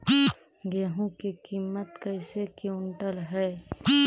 गेहू के किमत कैसे क्विंटल है?